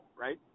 right